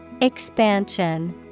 Expansion